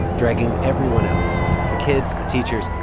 dragging everyone else, the kids, the teachers,